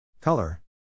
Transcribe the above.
color